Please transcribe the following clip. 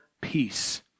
peace